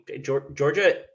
Georgia